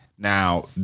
Now